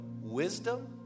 wisdom